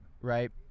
right